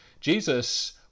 Jesus